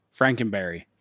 Frankenberry